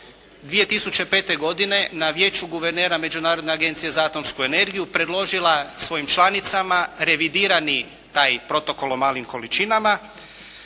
2005. godine na Vijeću guvernera Međunarodne agencije za atomsku energiju predložila svojim članicama revidirani taj Protokol o malim količinama.